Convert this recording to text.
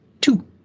two